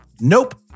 Nope